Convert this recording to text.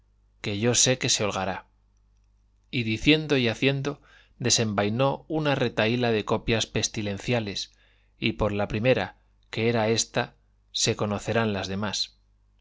que yo sé que se holgará y diciendo y haciendo desenvainó una retahíla de copias pestilenciales y por la primera que era ésta se conocerán las demás